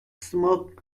smoke